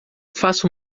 faça